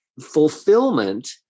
fulfillment